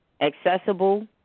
accessible